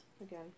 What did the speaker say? again